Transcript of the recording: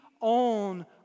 on